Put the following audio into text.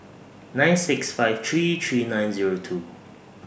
nine six five three three nine Zero two